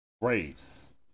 Braves